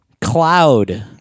Cloud